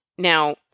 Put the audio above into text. Now